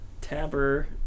Taber